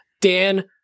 Dan